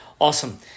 Awesome